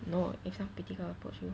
no if some pretty girl approach you